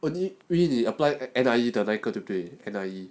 what you really apply ah N_I_E 的那个可以 N_I_E